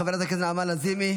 חברת הכנסת נעמה לזימי,